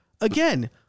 Again